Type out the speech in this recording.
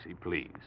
please